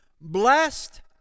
Blessed